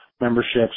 memberships